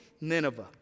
Nineveh